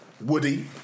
Woody